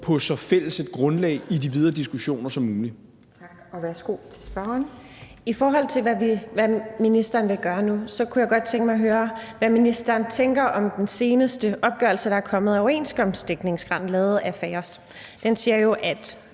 værsgo til spørgeren. Kl. 17:56 Victoria Velasquez (EL): I forhold til hvad ministeren vil gøre nu, kunne jeg godt tænke mig at høre, hvad ministeren tænker om den seneste opgørelse, der er kommet over overenskomstdækningsgraden, som er lavet af FAOS. Den siger jo, at